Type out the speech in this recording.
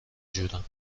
جورم